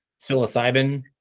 psilocybin